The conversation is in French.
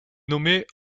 nommée